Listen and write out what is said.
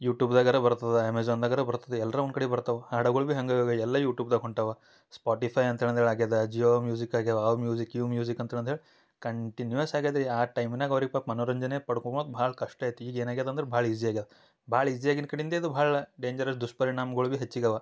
ಯೂಟೂಬ್ದಾಗಾರ ಬರ್ತದ ಅಮೇಝಾನ್ದಾಗಾರ ಬರ್ತದೆ ಎಲ್ರಾ ಒಂದು ಕಡೆ ಬರ್ತವು ಹಾಡಗಳ್ ಬಿ ಹಾಗೆ ಇವಾಗ ಎಲ್ಲ ಯೂಟೂಬ್ದಾಗ್ ಹೊಂಟವ ಸ್ಪೋಟಿಫೈ ಅಂತೇಳಿ ಅಂದೇಳ್ ಆಗ್ಯದ ಜಿಯೋ ಮ್ಯೂಸಿಕ್ ಆಗ್ಯವ ಅವು ಮ್ಯೂಸಿಕ್ ಇವು ಮ್ಯೂಸಿಕ್ ಅಂತೇಳಿ ಅಂದೇಳಿ ಕಂಟಿನ್ಯೂಯಸ್ ಆಗ್ಯದ ಯಾರು ಟೈಮಿನಾಗ ಅವ್ರಿಗೆ ಬಕ್ ಮನೋರಂಜನೆ ಪಡ್ಕೊಳಕ್ ಭಾಳ್ ಕಷ್ಟ ಐತಿ ಈಗ ಏನು ಆಗ್ಯದ ಅಂದ್ರ ಭಾಳ್ ಈಝಿ ಆಗ್ಯದ ಭಾಳ್ ಈಝಿ ಆಗಿನ ಕಡಿಂದೆ ಅದು ಭಾಳಾ ಡೇಂಜರಸ್ ದುಷ್ಪರಿಣಾಮಗಳು ಬಿ ಹೆಚ್ಚಿಗೆ ಅವಾ